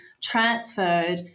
transferred